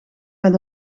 met